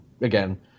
again